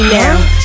now